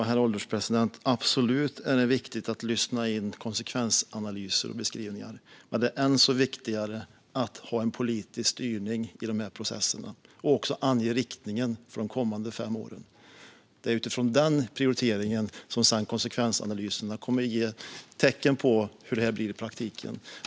Herr ålderspresident! Absolut är det viktigt att lyssna in konsekvensanalyser och beskrivningar. Men det är ännu viktigare att ha politisk styrning i dessa processer och även att ange riktningen för de kommande fem åren. Det är utifrån den prioriteringen som konsekvensanalyserna kommer att ge tecken på hur det blir i praktiken.